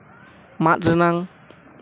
ᱢᱟᱫ ᱨᱮᱱᱟᱝ